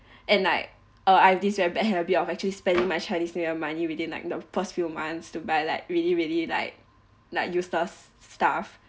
and like uh I've this very bad habit of actually spending my chinese new year money within like the first few months to buy like really really like like useless stuff